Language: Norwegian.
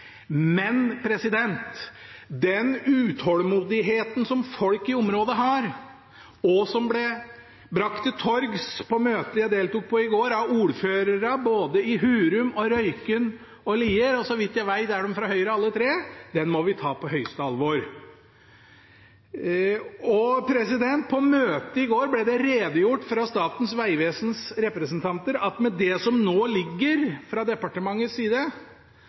men den utålmodigheten som folk i området har, og som ble brakt til torgs på møtet jeg deltok på i går, av ordførerne både i Hurum, Røyken og Lier – og så vidt jeg vet, er de fra Høyre alle tre – den må vi ta på høyeste alvor. På møtet i går ble det redegjort fra Statens vegvesens representanter at med det som nå ligger fra departementets side,